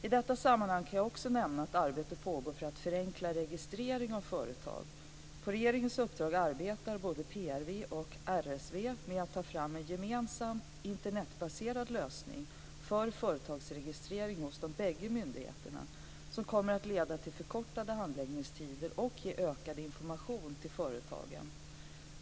I detta sammanhang kan jag också nämna att arbete pågår för att förenkla registrering av företag. På regeringens uppdrag arbetar både PRV och RSV med att ta fram en gemensam Internetbaserad lösning för företagsregistrering hos de bägge myndigheterna som kommer att leda till förkortade handläggningstider och ge ökad information till företagen.